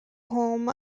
home